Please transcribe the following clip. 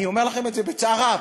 אני אומר לכם את זה בצער רב.